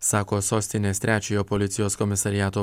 sako sostinės trečiojo policijos komisariato